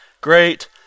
great